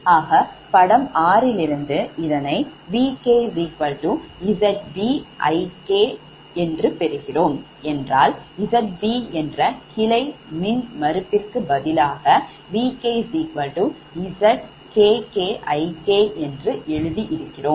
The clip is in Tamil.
ஆக படம் 6யிலிருந்து இதனை VkZbIk பெறுகிறோம் என்றால் Zb என்ற கிளை மின்மறுப்பிற்க்கு பதிலாக VkZkkIk என்று எழுதி இருக்கிறோம்